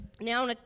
Now